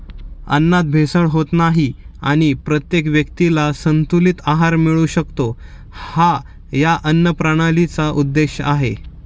अन्नात भेसळ होत नाही आणि प्रत्येक व्यक्तीला संतुलित आहार मिळू शकतो, हा या अन्नप्रणालीचा उद्देश आहे